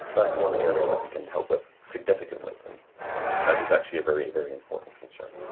that's one area that we can help with significantly. and that is actually a very very important concern.